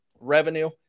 revenue